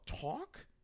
Talk